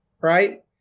right